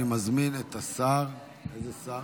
אני מזמין את השר, איזה שר?